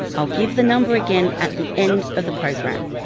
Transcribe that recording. i'll give the number again at the end of the programme